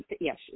yes